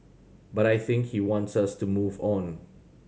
but I think he wants us to move on